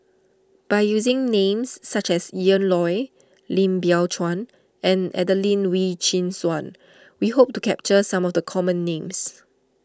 by using names such as Ian Loy Lim Biow Chuan and Adelene Wee Chin Suan we hope to capture some of the common names